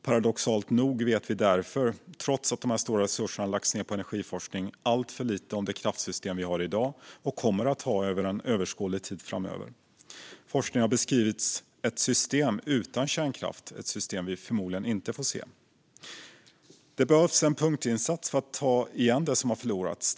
Paradoxalt nog vet vi därför, trots de stora resurser som lagts ned på energiforskning, alltför lite om det kraftsystem som vi har i dag och kommer att ha under överskådlig tid framöver. Forskningen har beskrivit ett system utan kärnkraft, ett system som vi förmodligen inte får se. Det behövs en punktinsats för att ta igen det som har förlorats.